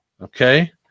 okay